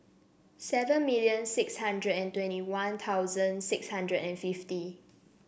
seven million six hundred and twenty One Thousand six hundred and fifty